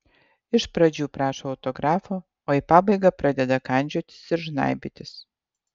iš pradžių prašo autografo o į pabaigą pradeda kandžiotis ir žnaibytis